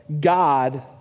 God